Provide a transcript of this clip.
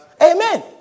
Amen